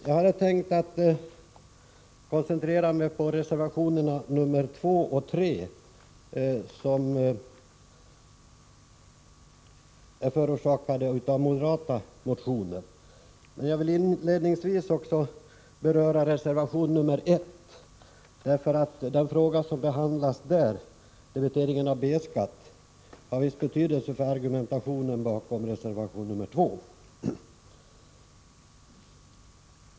Jag hade tänkt koncentrera mig på reservationerna 2 och 3, som är föranledda av moderata motioner, men jag vill inledningsvis också beröra reservation 1, därför att den fråga som behandlas där — debiteringen av B-skatt — har viss betydelse för argumentationen bakom reservation nr 2.